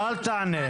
אתה אל תענה.